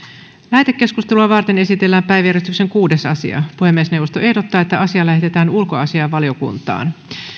lähetekeskustelua varten esitellään päiväjärjestyksen kuudes asia puhemiesneuvosto ehdottaa että asia lähetetään ulkoasiainvaliokuntaan